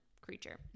creature